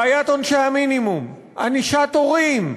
בעיית עונשי המינימום, ענישת הורים,